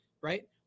right